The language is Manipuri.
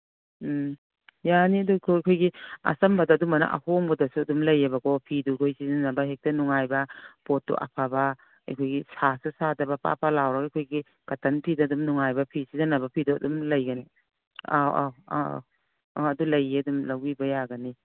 ꯎꯝ ꯌꯥꯅꯤ ꯑꯗꯨ ꯑꯩꯈꯣꯏꯒꯤ ꯑꯆꯝꯕꯗ ꯑꯗꯨꯃꯥꯏꯅ ꯑꯍꯣꯡꯕꯗꯁꯨ ꯑꯗꯨꯝ ꯂꯩꯌꯦꯕꯀꯣ ꯐꯤꯗꯨ ꯑꯩꯈꯣꯏ ꯁꯤꯖꯤꯟꯅꯕ ꯍꯦꯛꯇ ꯅꯨꯡꯉꯥꯏꯕ ꯄꯣꯠꯇꯨ ꯑꯐꯕ ꯑꯩꯈꯣꯏꯒꯤ ꯁꯥꯁꯨ ꯁꯥꯗꯕ ꯄꯥ ꯄꯥ ꯂꯥꯎꯔꯒ ꯑꯩꯈꯣꯏꯒꯤ ꯀꯇꯟ ꯐꯤꯗ ꯑꯗꯨꯝ ꯅꯨꯡꯉꯥꯏꯕ ꯐꯤ ꯁꯤꯖꯤꯟꯅꯕ ꯐꯤꯗꯣ ꯑꯗꯨꯝ ꯂꯩꯒꯅꯤ ꯑꯥꯎ ꯑꯥꯎ ꯑꯥꯎ ꯑꯣ ꯑꯗꯨ ꯂꯩꯌꯦ ꯑꯗꯨꯝ ꯂꯧꯕꯤꯕ ꯌꯥꯒꯅꯤ